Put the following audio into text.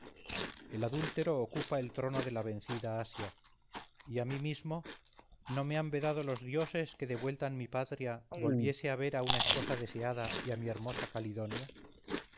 el adúltero ocupa el trono de la vencida asia y a mí mismo no me han vedado los dioses que de vuelta en mi patria volviese a ver a una esposa deseada y a mi hermosa calidonia